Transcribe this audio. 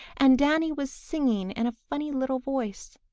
and danny was singing in a funny little voice.